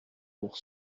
pour